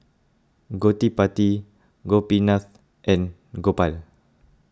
Gottipati Gopinath and Gopal